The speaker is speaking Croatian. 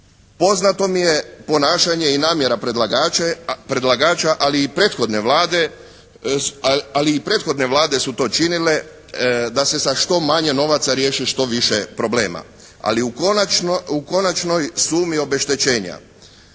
Poznato mi je ponašanje i namjera predlagača, ali i prethodne Vlade, ali i prethodne vlade su to činile da se sa što manje novaca riješi što više problema. Ali u konačnoj sumi obeštećenja